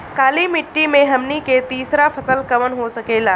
काली मिट्टी में हमनी के तीसरा फसल कवन हो सकेला?